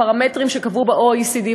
בפרמטרים שקבעו ב-OECD,